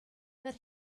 that